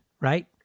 right